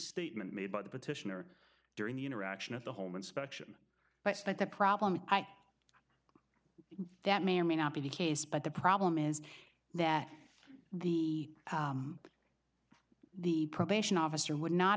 statement made by the petitioner during the interaction of the home inspection but the problem that may or may not be the case but the problem is that he the probation officer would not